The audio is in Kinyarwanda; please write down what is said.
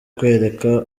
kwereka